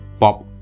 pop